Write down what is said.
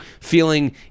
feeling